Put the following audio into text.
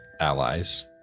allies